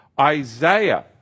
Isaiah